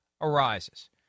arises